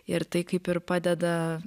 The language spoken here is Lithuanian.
ir tai kaip ir padeda